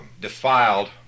defiled